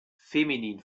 feminin